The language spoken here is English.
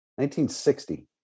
1960